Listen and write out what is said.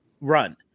run